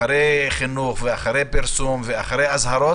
אחרי חינוך ואחרי פרסום ואחרי אזהרות